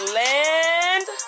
land